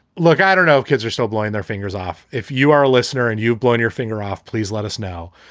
look, i know kids are still blowing their fingers off. if you are a listener and you've blown your finger off, please let us know.